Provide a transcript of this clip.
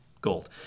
Gold